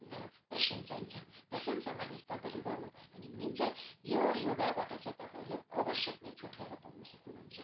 patience चाहिन्छ पेसेन्ससँगले चाहिँ तपाईँले गर्नुभयो भने पनि चाहिँ यो योगाबाट चाहिँ तपाईँहरूले अवश्य नै छुटकारा पाउनु सक्नुहुन्छ